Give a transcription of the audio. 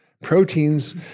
proteins